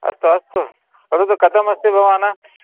अस्तु अस्तु वदतु कथमस्ति भवान्